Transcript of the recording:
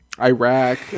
Iraq